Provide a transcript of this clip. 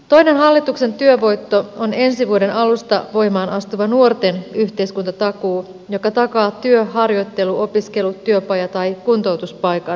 toinen hallituksen työvoitto on ensi vuoden alusta voimaan astuva nuorten yhteiskuntatakuu joka takaa työ harjoittelu opiskelu työpaja tai kuntoutuspaikan nuorelle